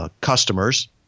customers